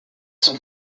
sont